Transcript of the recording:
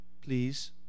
please